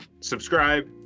subscribe